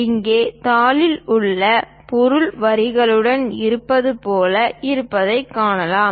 இங்கே தாளில் உள்ள பொருள் வரிகளுடன் இருப்பது போல் இருப்பதைக் காணலாம்